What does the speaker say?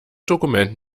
dokument